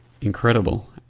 Incredible